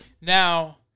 Now